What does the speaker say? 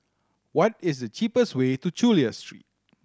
what is the cheapest way to Chulia Street